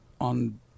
on